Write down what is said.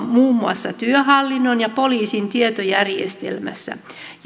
muun muassa työhallinnossa ja poliisin tietojärjestelmässä